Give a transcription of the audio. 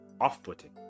off-putting